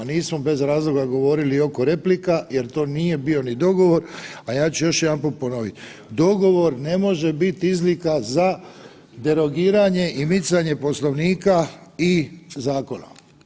Nismo bez razloga govorili oko replika jer to nije ni bio dogovor, a ja ću još jednom ponoviti, dogovor ne može biti izlika za derogiranje i micanje poslovnika i zakona.